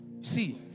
See